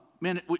man